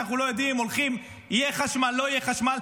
שאנחנו לא יודעים אם יהיה חשמל או לא יהיה חשמל?